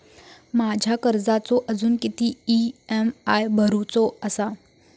माझ्या कर्जाचो अजून किती ई.एम.आय भरूचो असा?